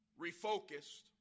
refocused